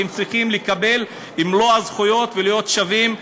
והם צריכים לקבל מלוא הזכויות ולהיות שווים.